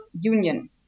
union